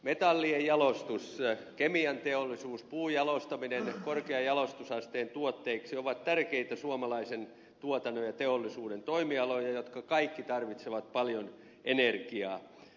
metallien jalostus kemianteollisuus puun jalostaminen korkean jalostusasteen tuotteiksi ovat tärkeitä suomalaisen tuotannon ja teollisuuden toimialoja jotka kaikki tarvitsevat paljon energiaa